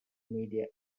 media